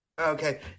Okay